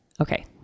Okay